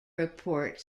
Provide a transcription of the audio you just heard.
report